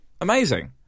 Amazing